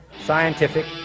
scientific